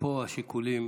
ופה השיקולים